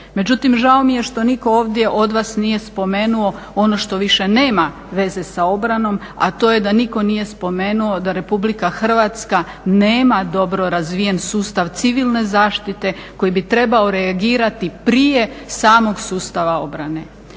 Međutim, žao mi je što nitko ovdje od vas nije spomenuo ono što više nema veze sa obranom a to je da nitko nije spomenuo da Republika Hrvatska nema dobro razvijen sustav civilne zaštite koji bi trebao reagirati prije samog sustava obrane.